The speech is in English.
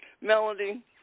Melody